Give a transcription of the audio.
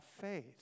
faith